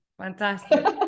Fantastic